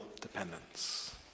dependence